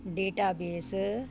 database